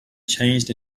changed